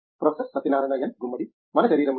professor Satyanarayana N Gummadi మన శరీరంలో